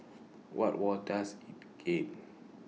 what were does he